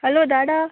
hello Dada